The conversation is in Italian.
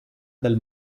dal